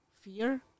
fear